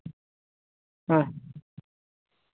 ᱦᱮᱸ